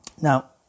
Now